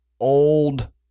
old